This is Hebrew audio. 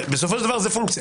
בסופו של דבר זו פונקציה.